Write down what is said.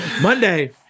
Monday